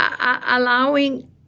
allowing